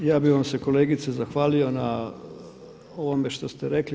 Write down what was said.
Ja bih vam se kolegice zahvalio na ovome što ste rekli.